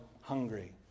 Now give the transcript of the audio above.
hungry